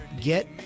get